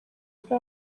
turi